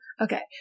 Okay